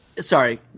sorry